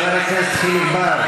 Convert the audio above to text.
חבר הכנסת חיליק בר,